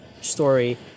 story